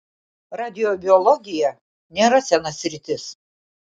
radiobiologija nėra sena sritis